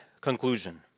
conclusion